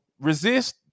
resist